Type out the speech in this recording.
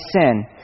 sin